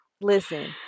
listen